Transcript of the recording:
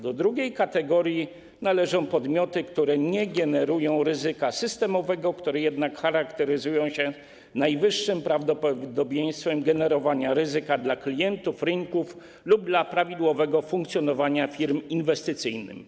Do drugiej kategorii należą podmioty, które nie generują ryzyka systemowego, które jednak charakteryzują się najwyższym prawdopodobieństwem generowania ryzyka dla klientów rynków lub dla prawidłowego funkcjonowania firm inwestycyjnych.